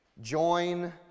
join